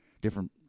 different –